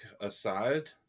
aside